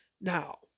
Now